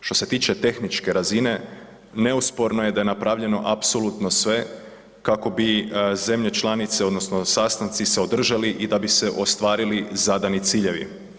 Što se tiče tehničke razine, neosporno je da je napravljeno apsolutno sve kako bi zemlje članice odnosno sastanci se održali i da bi se ostvarili zadani ciljevi.